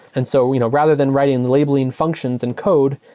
and so you know rather than writing labeling functions and code,